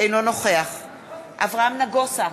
אינו נוכח אברהם נגוסה,